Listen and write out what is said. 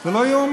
זה לא יאומן.